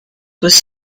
was